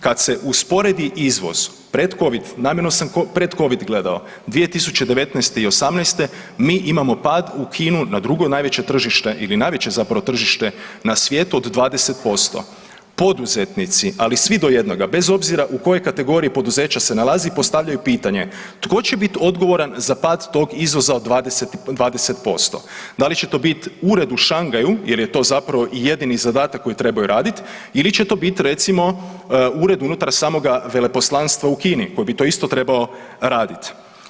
Kad se usporedi izvoz predcovid, namjerno sam predcovid gledao, 2019. i '18., mi imamo pad u Kinu na drugo najveće tržište ili najveće tržište na svijetu od 20%. poduzetnici, ali svi do jednoga, bez obzira u kojoj kategoriji poduzeća se nalazi postavljaju pitanje, tko će biti odgovoran za pad tog izvoza od 20%, da li će to biti u ured u Šangaju jer je to zapravo i jedini zadatak koji trebaju raditi ili će to biti ured unutar samoga veleposlanstva u Kini koji bi to isto trebao radit?